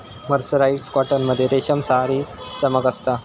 mercerised cotton मध्ये रेशमसारी चमक असता